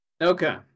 Okay